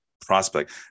prospect